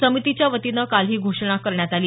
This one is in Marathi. समितीच्या वतीनं काल ही घोषणा करण्यात आली